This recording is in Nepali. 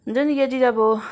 जुन यदि अब